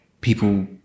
people